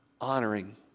honoring